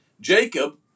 Jacob